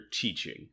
teaching